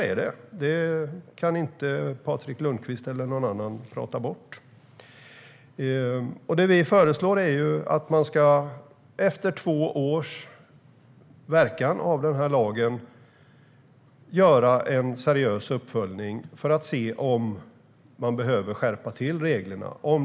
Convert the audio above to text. Det kan inte Patrik Lundqvist eller någon annan prata bort. Vi föreslår att man ska göra en seriös uppföljning efter att lagen har verkat i två år för att se om man behöver skärpa reglerna.